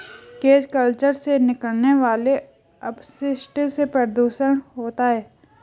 cage culture से निकलने वाले अपशिष्ट से प्रदुषण होता है